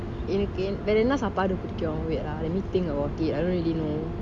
என்னக்கு வேற என்ன சாப்பாடு பிடிக்கும்:ennaku vera enna sapadu pidikum wait ah let me think about it I don't really know